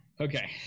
Okay